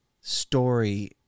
story